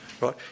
right